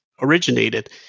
originated